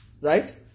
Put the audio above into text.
Right